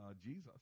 Jesus